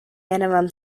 minimum